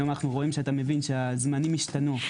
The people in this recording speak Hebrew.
היום אנו רואים שהזמנים השתנו,